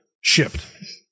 shipped